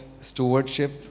stewardship